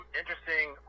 interesting